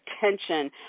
tension